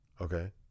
Okay